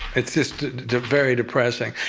it's just very depressing.